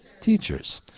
teachers